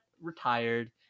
retired